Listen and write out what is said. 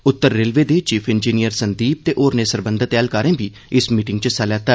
उत्तर railway दे chief engineer Sandeep ते होरनें सरबंधत ऐहलकारें बी इस मीटिंग च हिस्सा लैता